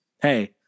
hey